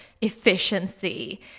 efficiency